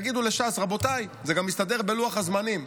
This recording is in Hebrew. תגידו לש"ס, זה גם מסתדר בלוח הזמנים: